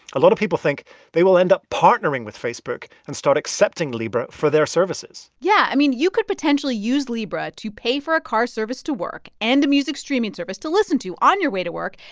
a lot of people think they will end up partnering with facebook and start accepting libra for their services yeah. i mean, you could potentially use libra to pay for a car service to work and a music streaming service to listen to on your way to work,